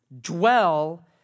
dwell